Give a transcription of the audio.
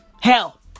Hell